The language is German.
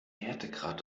härtegrad